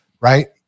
right